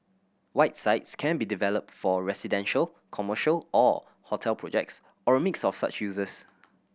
white sites can be developed for residential commercial or hotel projects or a mix of such uses